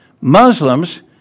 Muslims